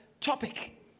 topic